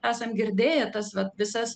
esam girdėję tas va visas